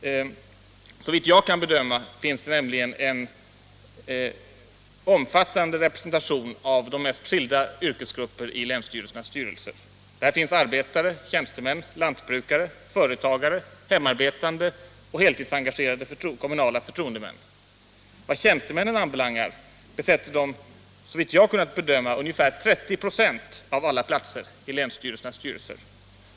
Såvitt jag kan bedöma finns det nämligen en omfattande representation av de mest skilda yrkesgrupper i länsstyrelsernas styrelser. Där finns arbetare, tjänstemän, lantbrukare, företagare, hemarbetande och heltidsengagerade kommunala förtroendemän. Vad tjänstemännen anbelangar besätter de, såvitt jag har kunnat bedöma, ungefär 30 ?6 av alla platser i länsstyrelsernas styrelser.